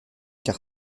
car